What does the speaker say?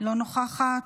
אינה נוכחת,